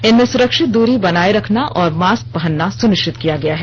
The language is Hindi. इनमें सुरक्षित दूरी बनाए रखना और मास्क पहनना सुनिश्चित किया गया है